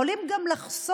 יכולים גם לחסוך,